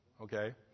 Okay